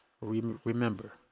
Remember